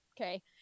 Okay